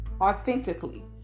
authentically